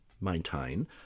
maintain